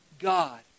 God